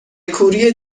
کوری